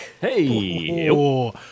Hey